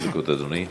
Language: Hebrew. דקות, אדוני.